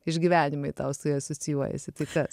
išgyvenimai tau su ja asocijuojasi tai kas